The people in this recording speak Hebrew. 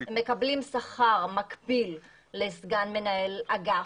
מקבלים שכר מקביל לסגן מנהל אגף,